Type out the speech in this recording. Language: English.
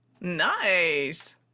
Nice